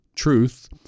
Truth